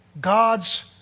God's